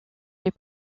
les